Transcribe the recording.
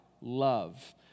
love